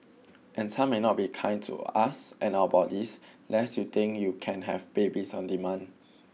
and time may not be kind to us and our bodies that's you think you can have babies on demand